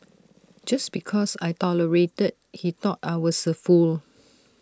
just because I tolerated he thought I was A fool